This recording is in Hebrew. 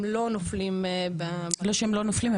לא נופלים ב --- לא שהם לא נופלים,